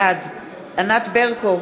בעד ענת ברקו,